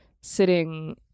sitting